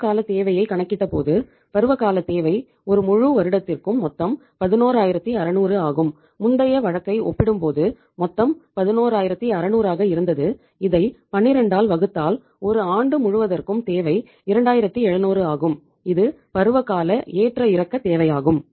பருவகாலத் தேவையை கணக்கிட்ட போது பருவகாலத் தேவை ஒரு முழு வருடத்திற்கு மொத்தம் 11600 ஆகும் முந்தைய வழக்கை ஒப்பிடும்போது மொத்தம் 11600 ஆக இருந்தது இதை 12 ஆல் வகுத்தால் ஒரு ஆண்டு முழுவதர்க்கும் தேவை 2700 ஆகும் இது பருவகால ஏற்ற இறக்கத் தேவையாகும்